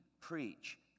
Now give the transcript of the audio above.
preach